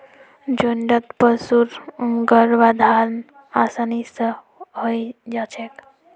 झुण्डत पशुर गर्भाधान आसानी स हई जा छेक